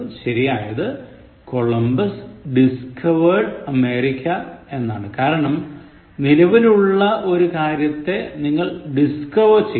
ശരിയായത് Columbus discovered America എന്നാണ് കാരണം നിലവിൽ ഉള്ള ഒരു കാര്യത്തെ നിങ്ങൾ discover ചെയ്യുന്നു